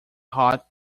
hot